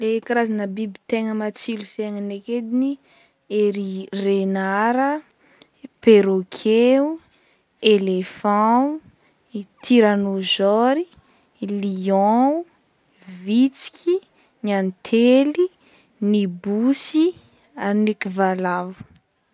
Ny karazana biby tegna matsilo saigny ndraiky ediny e ry renard a, perroquet o, elephant o, i tyranosaur i, i lion o, vitsiky, ny antely, ny bosy, ary ndreky valavo.